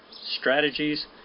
strategies